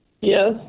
Yes